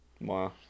Wow